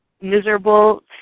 miserable